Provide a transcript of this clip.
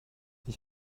ich